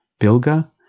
Bilga